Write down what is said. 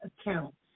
accounts